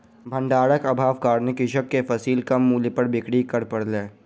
भण्डारक अभावक कारणेँ कृषक के फसिल कम मूल्य पर बिक्री कर पड़लै